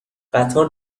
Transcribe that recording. قطار